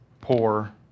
poor